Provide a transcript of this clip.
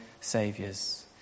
saviours